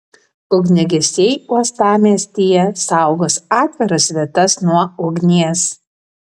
ugniagesiai uostamiestyje saugos atviras vietas nuo ugnies